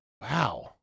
Wow